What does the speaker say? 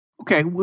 Okay